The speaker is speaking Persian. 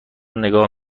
نگاه